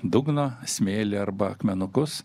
dugną smėlį arba akmenukus